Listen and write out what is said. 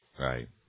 Right